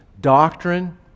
doctrine